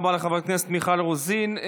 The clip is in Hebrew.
תודה רבה לחברת הכנסת מיכל רוזין.